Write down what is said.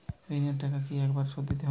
ঋণের টাকা কি একবার শোধ দিতে হবে?